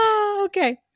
Okay